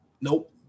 nope